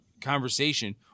conversation